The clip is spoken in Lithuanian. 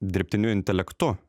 dirbtiniu intelektu